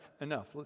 enough